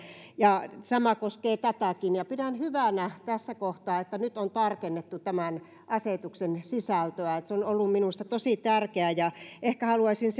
ja sama koskee tätäkin pidän hyvänä tässä kohtaa että nyt on tarkennettu tämän asetuksen sisältöä se on ollut minusta tosi tärkeää ehkä haluaisin